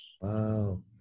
Wow